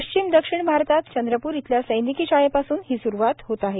पश्चिम दक्षिण भारतात चंद्रपूर इथल्या सैनिकी शाळेपासून ही स्रूवात होत आहे